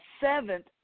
seventh